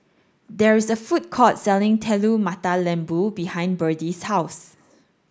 There is a food court selling Telur Mata Lembu behind Berdie's house